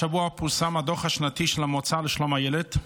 השבוע פורסם הדוח השנתי של המועצה לשלום הילד.